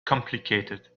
complicated